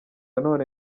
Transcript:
none